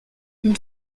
une